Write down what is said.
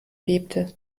bebte